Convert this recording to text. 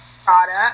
product